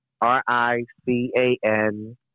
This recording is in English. R-I-C-A-N